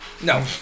no